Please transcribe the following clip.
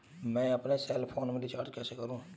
मैं अपने cell phone में रिचार्ज कैसे करूँ?